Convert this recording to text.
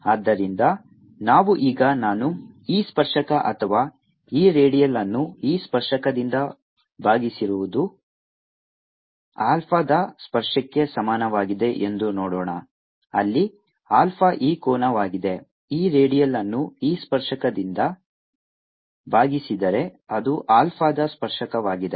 ಆದ್ದರಿಂದ ನಾವು ಈಗ ನಾನು E ಸ್ಪರ್ಶಕ ಅಥವಾ E ರೇಡಿಯಲ್ ಅನ್ನು E ಸ್ಪರ್ಶಕದಿಂದ ಭಾಗಿಸಿರುವುದು ಆಲ್ಫಾದ ಸ್ಪರ್ಶಕ್ಕೆ ಸಮಾನವಾಗಿದೆ ಎಂದು ನೋಡೋಣ ಅಲ್ಲಿ ಆಲ್ಫಾ ಈ ಕೋನವಾಗಿದೆ E ರೇಡಿಯಲ್ ಅನ್ನು E ಸ್ಪರ್ಶಕದಿಂದ ಭಾಗಿಸಿದರೆ ಅದು ಆಲ್ಫಾದ ಸ್ಪರ್ಶಕವಾಗಿದೆ